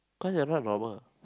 cause you're not normal